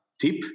tip